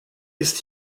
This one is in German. ist